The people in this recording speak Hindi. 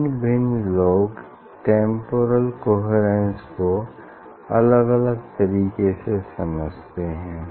भिन्न भिन्न लोग टेम्पोरल कन्हेरेन्स को अलग अलग तरीके से समझते हैं